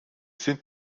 sind